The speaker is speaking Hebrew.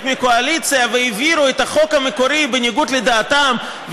מהקואליציה והעבירו את החוק המקורי בניגוד לדעתם,